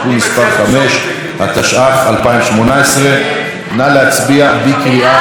התשע"ח 2018. נא להצביע בקריאה שלישית על החוק.